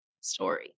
story